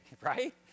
Right